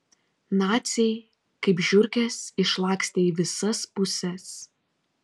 naciai kaip žiurkės išlakstė į visas puses